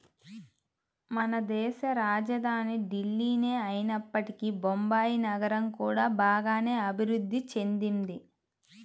మనదేశ రాజధాని ఢిల్లీనే అయినప్పటికీ బొంబాయి నగరం కూడా బాగానే అభిరుద్ధి చెందింది